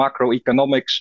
macroeconomics